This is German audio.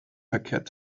verkehrt